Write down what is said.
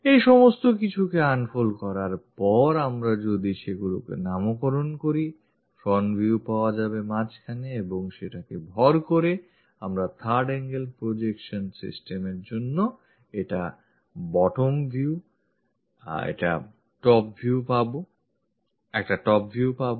এই সমস্ত কিছুকে unfold করার পর আমরা যদি সেগুলির নামকরণ করি front view পাওয়া যাবে মাঝখানে এবং সেটাকে ভর করে আমরা third angle projection system এর জন্য একটা bottom view একটা top view পাবো